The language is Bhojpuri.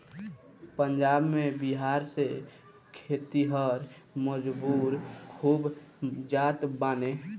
पंजाब में बिहार से खेतिहर मजूर खूब जात बाने